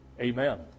Amen